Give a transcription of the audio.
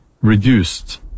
reduced